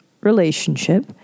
relationship